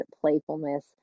playfulness